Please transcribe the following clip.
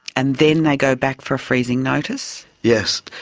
and then they go back for a freezing notice? yes.